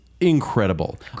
Incredible